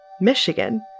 Michigan